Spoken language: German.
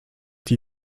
die